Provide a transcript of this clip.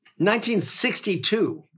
1962